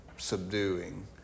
subduing